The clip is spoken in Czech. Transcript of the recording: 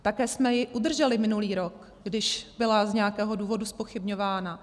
Také jsme ji udrželi minulý rok, když byla z nějakého důvodu zpochybňována.